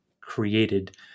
created